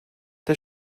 der